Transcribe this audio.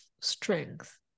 strength